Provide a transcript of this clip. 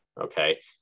Okay